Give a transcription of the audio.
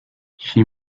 she